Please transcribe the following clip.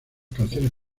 canciones